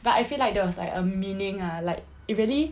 but I feel like there was like a meaning ah like it really